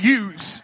use